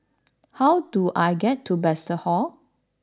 how do I get to Bethesda Hall